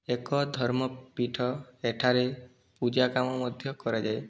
ଏକ ଧର୍ମପୀଠ ଏଠାରେ ପୂଜାକାମ ମଧ୍ୟ କରାଯାଏ